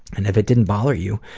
and if it didn't bother you,